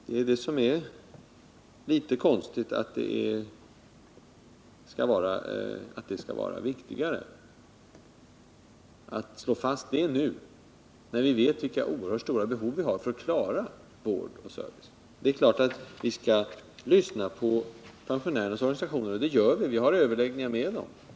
Det är litet konstigt att det skall vara viktigare att slå fast detta nu när vi vet vilka oerhört stora svårigheter vi har att klara vård och service. Det är klart att vi skall lyssna på pensionärernas organisationer, och det gör vi också.